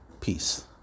peace